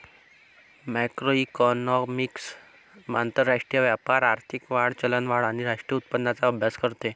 macroeconomics आंतरराष्ट्रीय व्यापार, आर्थिक वाढ, चलनवाढ आणि राष्ट्रीय उत्पन्नाचा अभ्यास करते